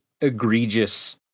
egregious